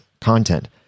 content